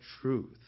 Truth